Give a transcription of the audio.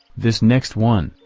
this next one,